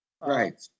right